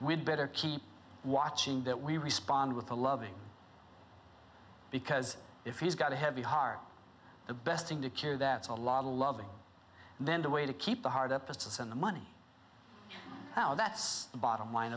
with better keep watching that we respond with a loving because if he's got a heavy heart the best thing to cure that is a lot of loving then the way to keep the hard up is to send the money now that's the bottom line